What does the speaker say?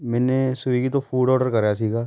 ਮੈਨੇ ਸਵਿਗੀ ਤੋਂ food order ਕਰਿਆ ਸੀਗਾ